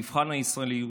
מבחן הישראליות.